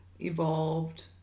evolved